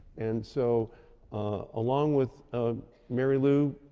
and so along with marylou,